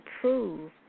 prove